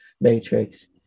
Matrix